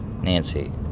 Nancy